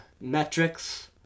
metrics